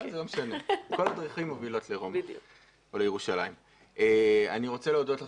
אני רוצה להודות לך,